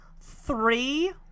three